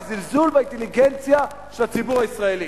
זה זלזול באינטליגנציה של הציבור הישראלי.